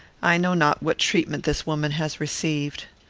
i know not what treatment this woman has received.